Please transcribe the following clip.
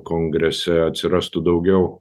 kongrese atsirastų daugiau